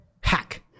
hack